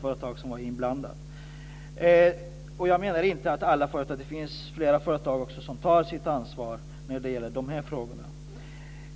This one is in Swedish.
Detta gäller som sagt inte alla företag. Det finns flera företag som tar sitt ansvar i dessa frågor.